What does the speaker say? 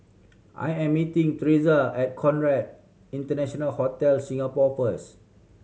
I am meeting Theresa at Conrad International Hotel Singapore first